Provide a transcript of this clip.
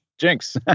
Jinx